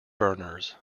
berners